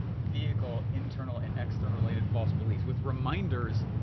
vehicle internal and external related false beliefs, with reminders,